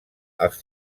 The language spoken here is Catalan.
als